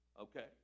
Okay